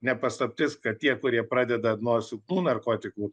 ne paslaptis kad tie kurie pradeda nuo silpnų narkotikų